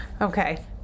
Okay